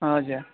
हजुर